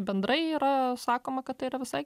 bendrai yra sakoma kad tai yra visai